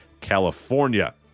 California